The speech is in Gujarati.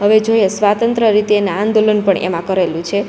હવે જોઈએ સ્વાતંત્ર રીતે એના આંદોલન પણ એમાં કરેલું છે